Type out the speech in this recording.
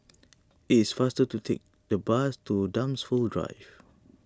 it is faster to take the bus to Dunsfold Drive